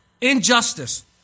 injustice